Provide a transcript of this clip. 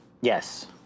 Yes